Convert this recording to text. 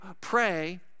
pray